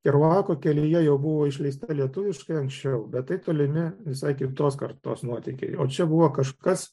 keruako kelyje jau buvo išleista lietuviškai anksčiau bet tai tolimi visai kitos kartos nuotykiai o čia buvo kažkas